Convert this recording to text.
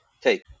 take